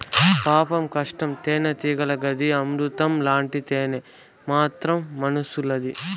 పాపం కష్టం తేనెటీగలది, అమృతం లాంటి తేనె మాత్రం మనుసులది